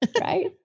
right